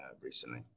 recently